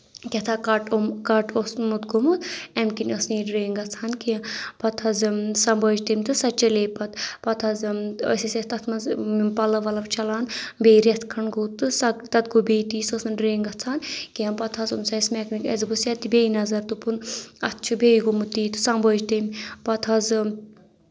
کیٛاہ تانۍ کَٹ کَٹ اوسمُت گوٚمُت اَمہِ کِنۍ ٲسۍ نہٕ یہِ ڈرٛٮ۪ن گژھان کینٛہہ پَتہٕ حظ سَمبٲج تٔمۍ تہٕ سۄ چَلے پَتہٕ پَتہٕ حظ ٲسۍ أسۍ تَتھ منٛز پَلَو وَلَو چَلان بیٚیہِ رؠتھ کھَنٛڈ گوٚو تہٕ تَتھ گوٚو بیٚیہِ تی سۄ ٲسۍ نہٕ ڈرٛٮ۪ن گژھان کینٛہہ پَتہٕ حظ اوٚن اَسہِ سُہ میکنِک اَسہِ دوٚپُس یَتھ دِ بیٚیہِ نظر دوٚپُن اَتھ چھُ بیٚیہِ گوٚمُت تی تہٕ سَمبٲج تٔمۍ تہٕ پَتہٕ حظ